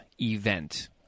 event